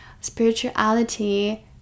spirituality